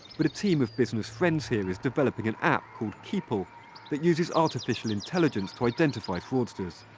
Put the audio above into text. but a team of business friends here is developing an app called keepel that uses artificial intelligence to identify fraudsters.